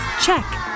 Check